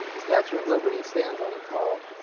the statue of liberty stands on a tall